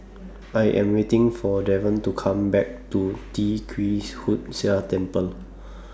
I Am waiting For Daren to Come Back to Tee Kwee Hood Sia Temple